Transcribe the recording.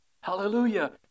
Hallelujah